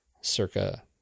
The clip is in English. circa